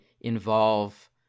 involve